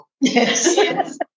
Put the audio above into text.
Yes